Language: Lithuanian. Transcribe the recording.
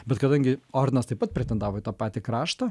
bet kadangi ordinas taip pat pretendavo į tą patį kraštą